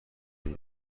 این